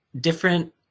different